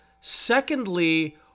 Secondly